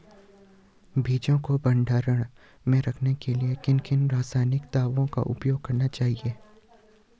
बीजों को भंडारण में रखने पर किन किन रासायनिक दावों का उपयोग करना चाहिए?